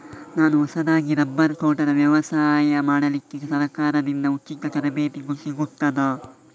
ನಾನು ಹೊಸದಾಗಿ ರಬ್ಬರ್ ತೋಟದ ವ್ಯವಸಾಯ ಮಾಡಲಿಕ್ಕೆ ಸರಕಾರದಿಂದ ಉಚಿತ ತರಬೇತಿ ಸಿಗುತ್ತದಾ?